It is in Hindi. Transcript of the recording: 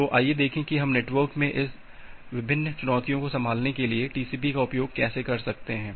तो आइए देखें कि हम नेटवर्क में इस भिन्न चुनौतियों को संभालने के लिए टीसीपी का उपयोग कैसे करते हैं